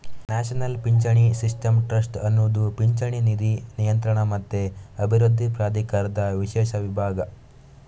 national ಪಿಂಚಣಿ system trust ಅನ್ನುದು ಪಿಂಚಣಿ ನಿಧಿ ನಿಯಂತ್ರಣ ಮತ್ತೆ ಅಭಿವೃದ್ಧಿ ಪ್ರಾಧಿಕಾರದ ವಿಶೇಷ ವಿಭಾಗ